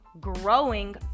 growing